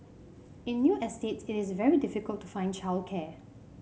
in new estates it is very difficult to find childcare